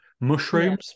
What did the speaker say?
Mushrooms